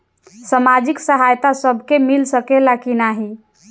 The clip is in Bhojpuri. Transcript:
सामाजिक सहायता सबके मिल सकेला की नाहीं?